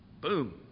Boom